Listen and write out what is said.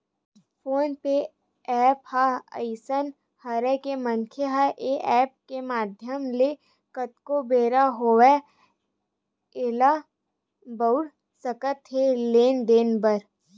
phone पे app ह अइसन हरय के मनखे ह ऐ ऐप के माधियम ले कतको बेरा होवय ऐला बउर सकत हे लेन देन बर